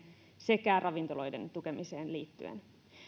sekä ravintoloiden tukemiseen liittyen